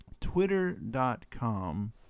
Twitter.com